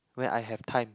when I have time